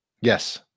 yes